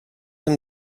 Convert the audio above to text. him